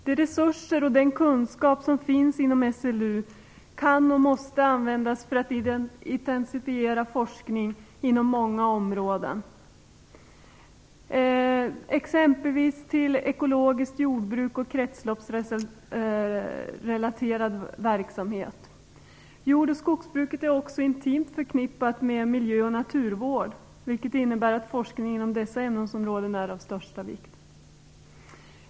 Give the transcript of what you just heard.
De resurser och den kunskap som finns inom SLU kan och måste användas till att intensifiera forskning på många områden, exempelvis om ekologiskt jordbruk och kretsloppsrelaterad verksamhet. Jord och skogsbruket är också intimt förknippat med miljö och naturvård, vilket innebär att forskning inom dessa ämnesområden är av största vikt.